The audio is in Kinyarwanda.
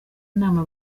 inama